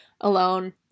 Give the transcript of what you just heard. alone